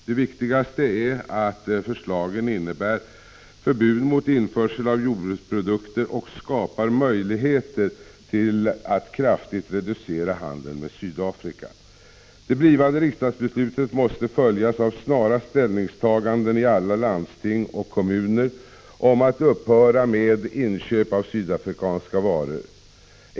Det viktigaste är att förslagen innebär förbud mot införsel av jordbruksprodukter från Sydafrika och skapar möjligheter till att kraftigt reducera handeln med Sydafrika. Det blivande riksdagsbeslutet måste följas av snara ställningstaganden i alla landsting och kommuner som innebär att man upphör med inköp av sydafrikanska varor.